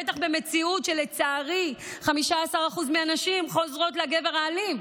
בטח במציאות שבה לצערי 15% מהנשים חוזרות לגבר האלים.